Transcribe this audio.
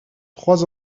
trois